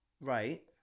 Right